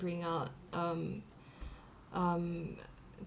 bring out um um